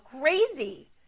crazy